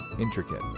intricate